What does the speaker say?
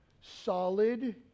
solid